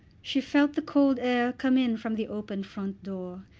she felt the cold air come in from the opened front door,